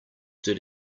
did